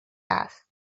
است